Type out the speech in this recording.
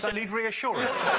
so need reassurance.